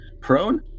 prone